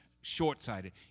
short-sighted